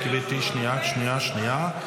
שניונת, גברתי, שנייה, שנייה, שנייה.